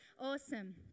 Awesome